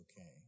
okay